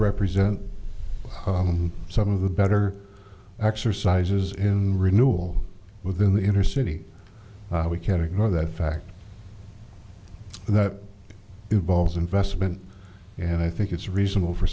represent some of the better exercises in renewable within the inner city we can't ignore that fact that evolves investment and i think it's reasonable for